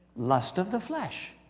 lust of the flesh.